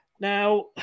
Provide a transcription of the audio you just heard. Now